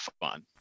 fun